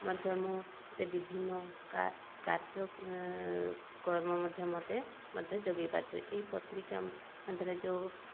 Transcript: ମଧ୍ୟ ମୁଁ ବିଭିନ୍ନ କା କାର୍ଯ୍ୟ କର୍ମ ମଧ୍ୟ ମତେ ମଧ୍ୟ ଯୋଗେଇ ପାରିଛେ ଏଇ ପତ୍ରିକା ମାଧ୍ୟରେ ଯେଉଁ